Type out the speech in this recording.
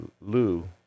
Lou